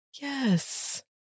Yes